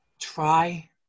Try